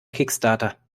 kickstarter